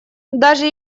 даже